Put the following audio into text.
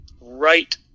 right